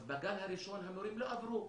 אז בגל הראשון המורים לא עברו,